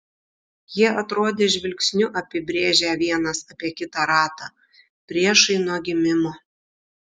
jie atrodė žvilgsniu apibrėžią vienas apie kitą ratą priešai nuo gimimo